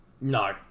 No